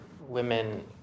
women